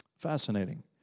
Fascinating